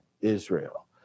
Israel